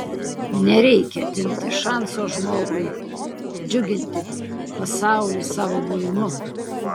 nereikia atimti šanso žmogui džiuginti pasaulį savo buvimu